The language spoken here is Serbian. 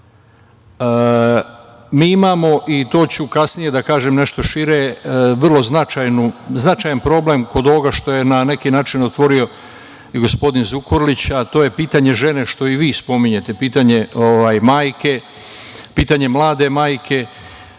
imamo, to ću kasnije da kažem nešto šire, vrlo značajan problem kod ovoga što je, na neki način otvorio i gospodin Zukorlić, a to je pitanje žene, što i vi spominjete, pitanje majke, pitanje mlade majke. Žena